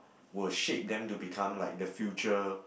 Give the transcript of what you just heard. will shape them to become like the future